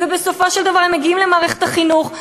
ובסופו של דבר הם מגיעים למערכת החינוך.